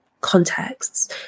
contexts